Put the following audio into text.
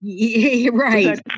right